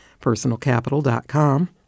personalcapital.com